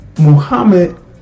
Muhammad